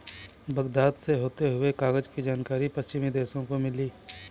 Baghdad से होते हुए कागज की जानकारी पश्चिमी देशों को मिली